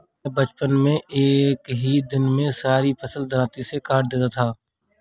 मैं बचपन में एक ही दिन में सारी फसल दरांती से काट देता था